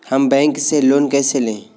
हम बैंक से लोन कैसे लें?